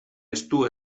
estu